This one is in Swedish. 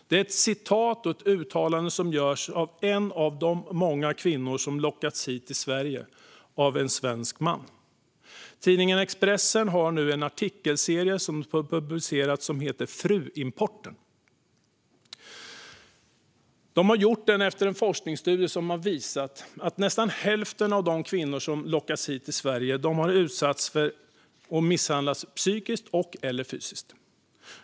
Det är ett uttalande av en av de många kvinnor som lockats hit till Sverige av en svensk man. Tidningen Expressen publicerar just nu en artikelserie om det de kallar "fruimporten". Artikelserien görs efter att en forskningsstudie visat att nästan hälften av de kvinnor som lockats hit till Sverige har misshandlats psykiskt och/eller fysiskt.